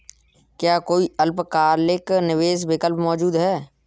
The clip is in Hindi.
क्या कोई अल्पकालिक निवेश विकल्प मौजूद है?